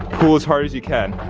pull as hard as you can.